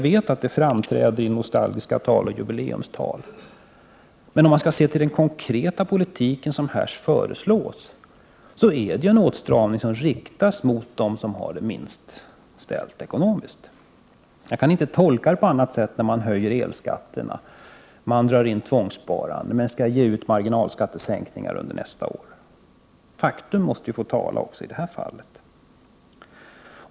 Det görs i nostalgiska tal och jubileumstal. Men den konkreta politik som här föreslås innebär en åtstramning som riktas mot dem som har det ekonomiskt sämst ställt. Jag kan inte se det på annat sätt när man höjer elskatterna, inför tvångssparande och under nästa år genomför marginalskattesänkningar. Fakta måste ju få tala också i det här fallet.